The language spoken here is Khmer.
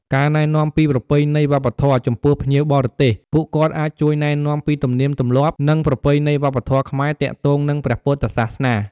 ការរក្សាសន្តិសុខ នៅក្នុងពិធីបុណ្យធំៗ ពុទ្ធបរិស័ទមួយចំនួនក៏អាចជួយរក្សាសន្តិសុខ និងសណ្ដាប់ធ្នាប់ ដើម្បីធានាសុវត្ថិភាពដល់ភ្ញៀវផងដែរ។